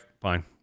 fine